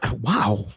Wow